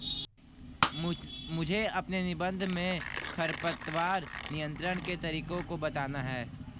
मुझे अपने निबंध में खरपतवार नियंत्रण के तरीकों को बताना है